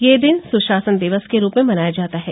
यह दिन सुशासन दिवस के रूप में मनाया जाता है